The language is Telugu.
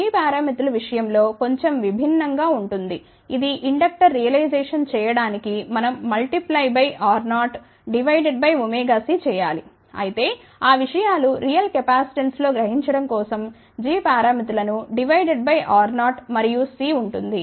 g పారామితులు విషయంలో కొంచెం విభిన్నంగా ఉంటుంది ఇది ఇండక్టర్ రియలైజ్ చేయడానికి మనం మల్టిప్లయ్ బై R0డివైడ్ బై c చేయాలి అయితే ఆ విషయాలు రియల్ కెపాసిటెన్స్ లో గ్రహించడం కోసం g పారామితులను డివైడ్ బై R0 మరియు c ఉంటుంది